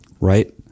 right